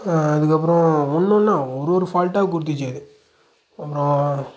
அதுக்கப்பறம் ஒன்னொன்றா ஒரு ஒரு ஃபால்ட்டாகா கொடுத்துச்சி அது அப்புறம்